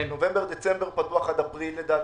לדעתי מענק נובמבר-דצמבר פתוח עד אפריל לבקשות.